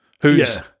who's-